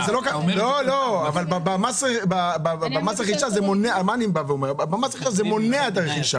אבל מס רכישה מונע את הרכישה.